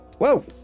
whoa